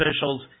officials